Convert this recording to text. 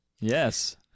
Yes